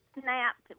snapped